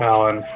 Alan